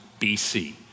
BC